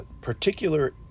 particular